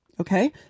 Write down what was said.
okay